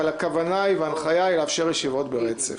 אבל הכוונה והנחיה הן לאפשר ישיבות ברצף.